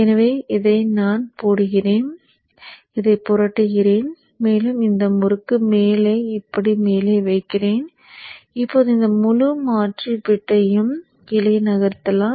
எனவே நான் இதைப் போடுகிறேன் இதைப் புரட்டுகிறேன் மேலும் இந்த முறுக்கு மேலே இப்படி மேலே வைக்கிறேன் இப்போது இந்த முழு மாற்றி பிட்டையும் கீழே நகர்த்தலாம்